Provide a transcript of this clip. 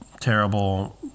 terrible